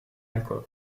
alcôve